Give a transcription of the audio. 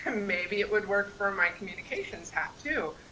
maybe it would work for my communications hat too.